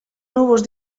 nuevos